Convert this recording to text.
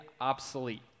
obsolete